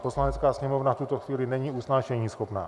Poslanecká sněmovna v tuto chvíli není usnášeníschopná.